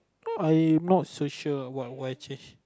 not I'm not so sure what would I change